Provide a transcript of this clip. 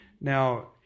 Now